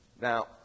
Now